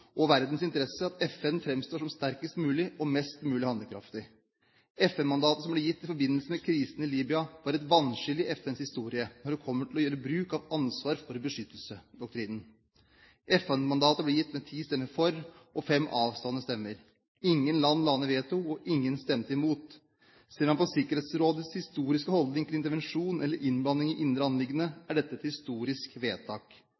og verdens interesse at FN framstår som sterkest mulig og mest mulig handlekraftig. FN-mandatet som ble gitt i forbindelse med krisen i Libya, var et vannskille i FNs historie når det kommer til å gjøre bruk av ansvar-for-å-beskytte-doktrinen. FN-mandatet ble gitt med ti stemmer for, og fem avstående stemmer. Ingen land la ned veto, og ingen stemte imot. Ser man på Sikkerhetsrådets historiske holdning til intervensjon eller innblanding i indre anliggender, er dette et historisk vedtak.